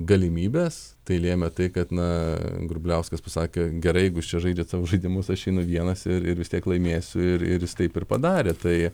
galimybes tai lėmė tai kad na grubliauskas pasakė gerai jeigu jūs čia žaidžiat savo žaidimus aš einu vienas ir ir vis tiek laimėsiu ir ir jis taip ir padarė tai